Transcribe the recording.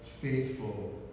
faithful